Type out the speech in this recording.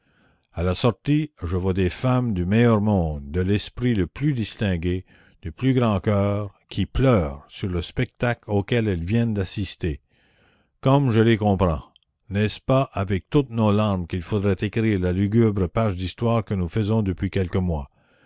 la sortie je vois des femmes du meilleur monde de l'esprit le plus distingué du plus grand cœur qui pleurent sur le spectacle auquel elles viennent d'assister comme je les comprends n'est-ce pas avec toutes nos larmes qu'il faudrait écrire la lugubre page d'histoire que nous faisons depuis quelques mois